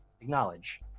Acknowledge